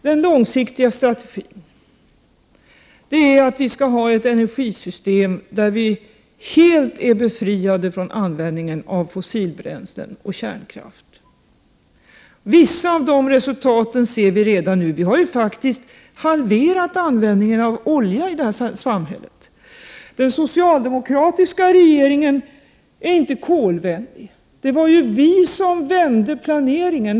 Den långsiktiga strategin är att vi skall ha ett energisystem där vi är helt befriade från användning av fossila bränslen och kärnkraft. Vissa av resultaten ser vi redan nu. Vi har faktiskt halverat användningen av olja i samhället. Den socialdemokratiska regeringen är inte kolvänlig. Det var vi som vände planeringen.